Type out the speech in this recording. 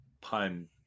pun